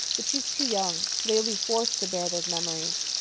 but she's too young. so they will be forced to bear those memories.